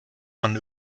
man